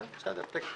כן, בסדר.